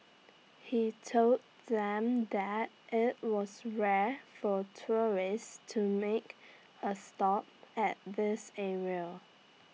he told them that IT was rare for tourists to make A stop at this area